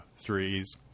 threes